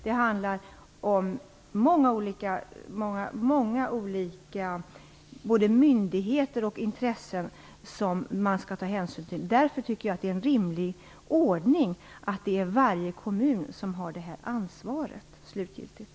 Det handlar om många olika myndigheter och intressen som man skall ta hänsyn till. Därför tycker jag att det är en rimlig ordning att varje kommun har det slutgiltiga ansvaret.